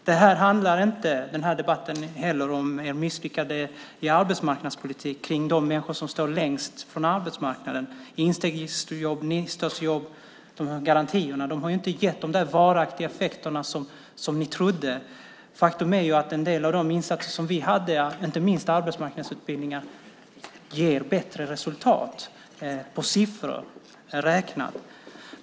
Den här debatten handlar inte heller om ert misslyckande i arbetsmarknadspolitiken när det gäller de människor som står längst bort från arbetsmarknaden. Instegsjobb, nystartsjobb och de garantierna har inte gett de varaktiga effekter som ni trodde att de skulle ge. Faktum är att en del av våra insatser, inte minst arbetsmarknadsutbildningarna, ger bättre resultat i siffror räknat.